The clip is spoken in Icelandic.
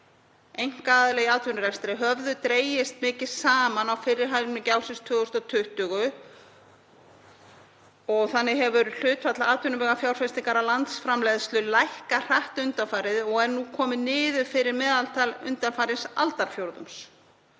einkaaðila í atvinnurekstri höfðu dregist mikið saman á fyrri helmingi ársins 2020. Þannig hefur hlutfall atvinnuvegafjárfestinga af landsframleiðslu lækkað hratt undanfarið og er nú komið niður fyrir meðaltal undanfarins aldarfjórðungs